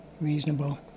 reasonable